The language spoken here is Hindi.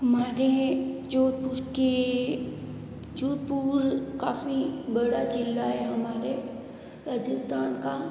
हमारे जोधपुर के जोधपुर काफ़ी बड़ा ज़िला है हमारे राजस्थान का